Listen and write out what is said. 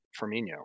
Firmino